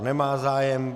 Nemá zájem.